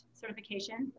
certification